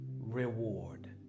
reward